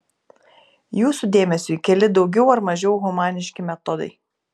jūsų dėmesiui keli daugiau ar mažiau humaniški metodai